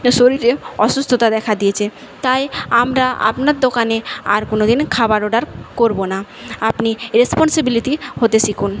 শরীরে অসুস্থতা দেখা দিয়েছে তাই আমরা আপনার দোকানে আর কোনোদিন খাবার অর্ডার করব না আপনি রেস্পন্সিবিলিটি হতে শিখুন